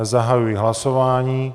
Zahajuji hlasování.